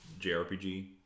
JRPG